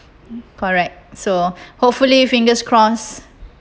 correct so hopefully fingers crossed